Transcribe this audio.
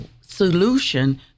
solution